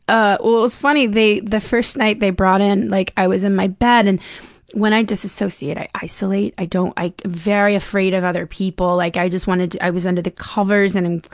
ah well, it's funny, they the first night, they brought in like, i was in my bed and when i disassociate, i isolate. i don't very afraid of other people, like, i just wanted to i was under the covers and i'm.